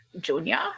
Junior